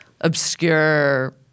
obscure